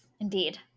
indeed